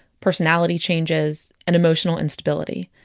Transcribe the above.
personality changes and emotional instability.